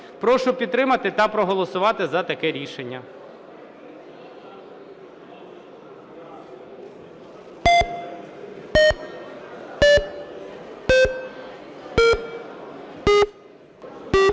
Прошу підтримати та проголосувати за таке рішення.